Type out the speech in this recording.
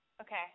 Okay